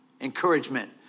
encouragement